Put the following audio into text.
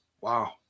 Wow